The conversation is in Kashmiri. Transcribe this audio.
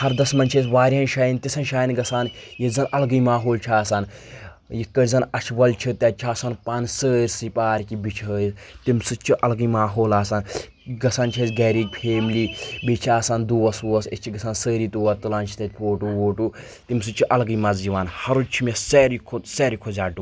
ہَردَس مَنٛز چھِ أسۍ واریہن جایَن تِژھن جایَن گژھان ییٚتہِ زن الگٕے ماحول چھِ آسان یِتھ کٲنۍ زن اَچھِ وَل چھِ تَتہِ چھِ آسان پن سٲرسٕے پارکہِ بِچھٲوِتھ تمہِ سۭتۍ چھُ الگٕے ماحول آسن گژھان چھِ أسۍ گَرِکۍ فیملی بیٚیہِ چھِ آسان دوس ووس أسۍ چھِ گژھان سٲری تور تُلان چھِ تَتہِ فوٹو ووٹو تمہِ سۭتۍ چھُ الگٕے مزٕ یِوان ہرُد چھُ مےٚ ساروی کھۄتہٕ ساروی کھۄتہٕ زیاد ٹوٗ